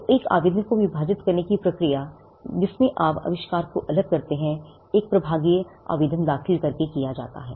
तो एक आवेदन को विभाजित करने की प्रक्रिया जिसमें आप आविष्कार को अलग करते हैं एक प्रभागीय आवेदन दाखिल करके किया जाता है